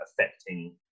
affecting